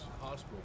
hospital